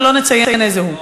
ולא נציין איזה הוא.